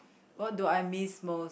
what do I miss most